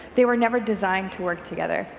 they were never designed to work together,